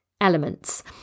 elements